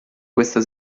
questa